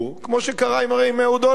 כמו שקרה הרי עם אהוד אולמרט,